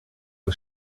was